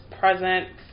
Present